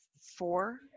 four